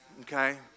Okay